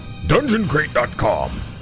dungeoncrate.com